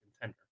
contender